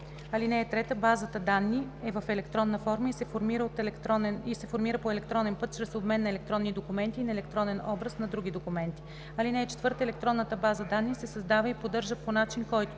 съвет. (3) Базата данни е в електронна форма и се формира по електронен път чрез обмен на електронни документи и на електронен образ на други документи. (4) Електронната база данни се създава и поддържа по начин, който: